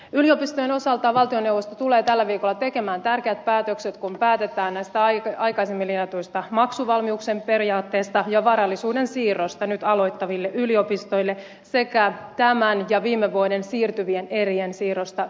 yliopistojen osalta valtioneuvosto tulee tällä viikolla tekemään tärkeät päätökset kun päätetään näistä aikaisemmin linjatuista maksuvalmiuden periaatteista ja varallisuuden siirrosta nyt aloittaville yliopistoille sekä tämän ja viime vuoden siirtyvien erien siirrosta yliopistoille